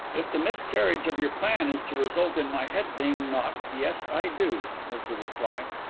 if the miscarriage of your plan is to result in my head being knocked yes, i do, was the reply.